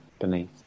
beneath